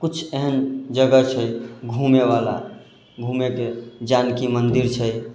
किछु एहन जगह छै घूमेवला घूमेके जानकी मन्दिर छै